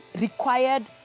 required